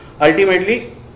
Ultimately